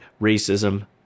racism